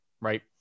Right